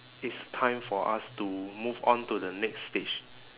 it's time for us to move on to the next stage